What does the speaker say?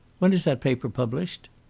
when is that paper published?